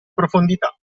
profondità